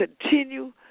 continue